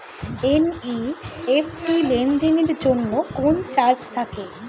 NEFT লেনদেনের জন্য কোন চার্জ আছে?